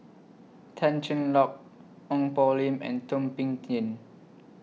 Tan Cheng Lock Ong Poh Lim and Thum Ping Tjin